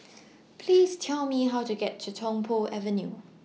Please Tell Me How to get to Tung Po Avenue